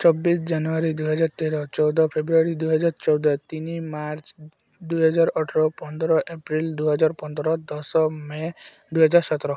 ଚବିଶ ଜାନୁଆାରୀ ଦୁଇହଜାର ତେର ଚଉଦ ଫେବୃଆରୀ ଦୁଇହଜାର ଚଉଦ ତିନି ମାର୍ଚ୍ଚ ଦୁଇହଜାର ଅଠର ପନ୍ଦର ଏପ୍ରିଲ ଦୁଇହଜାର ପନ୍ଦର ଦଶ ମେ ଦୁଇହଜାର ସତର